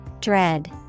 Dread